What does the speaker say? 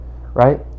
right